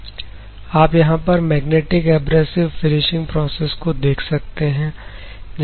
आप यहां पर मैग्नेटिक एब्रेसिव फिनिशिंग प्रोसेस को देख सकते हैं